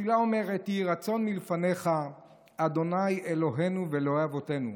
התפילה אומרת: יהי רצון מלפניך ה' אלוהינו ואלוהי אבותינו,